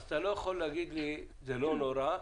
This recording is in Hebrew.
אתה לא יכול להגיד לי שזה לא נורא,